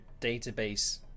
database